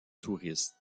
touristes